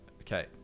Okay